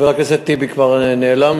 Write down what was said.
חבר הכנסת טיבי כבר נעלם,